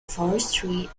forestry